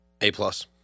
A-plus